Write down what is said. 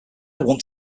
want